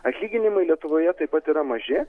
atlyginimai lietuvoje taip pat yra maži